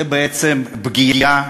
זה בעצם פגיעה